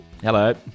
Hello